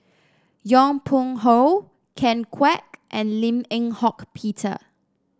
Yong Pung How Ken Kwek and Lim Eng Hock Peter